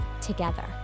together